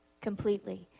completely